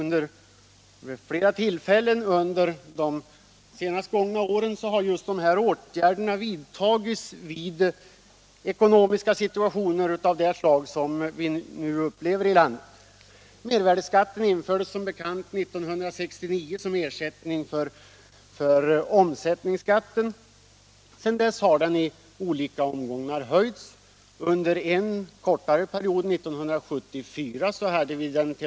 Vid flera tillfällen under de senast gångna åren har just sådana åtgärder vidtagits i ekonomiska situationer av det slag som den vi nu upplever här i landet. Mervärdeskatten infördes som bekant 1969 som ersättning för omsättningsskatten. Sedan dess har den i olika omgångar höjts. Under en kortare period 1974 var omsättningsskatten t.